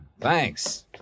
thanks